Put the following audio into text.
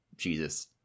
jesus